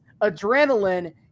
adrenaline